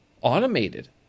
automated